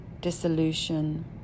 dissolution